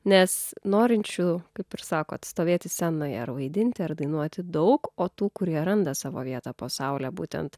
nes norinčių kaip ir sakot stovėti scenoje ar vaidinti ar dainuoti daug o tų kurie randa savo vietą po saule būtent